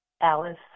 Alice